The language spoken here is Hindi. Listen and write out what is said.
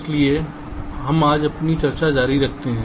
इसलिए हम आज अपनी चर्चा जारी रखते हैं